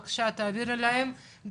בבקשה תעבירי גם אתה שאלות למנהל התכנון,